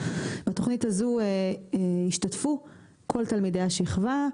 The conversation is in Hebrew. בתכנית הזו ישתתפו כל תלמידי השכבה.